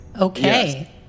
Okay